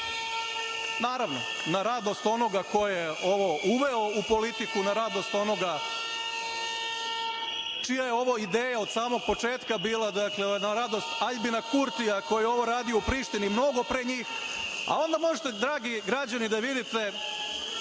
naravno na radost onoga ko je ovo uveo u politiku, na radost onoga čija je ovo ideja od samog početka bila, dakle na radost Aljbina Kurtija koji je ovo radio u Prištini mnogo pre njih. Onda možete, dragi građani, da vidite